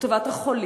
לטובת החולים,